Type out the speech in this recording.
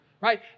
right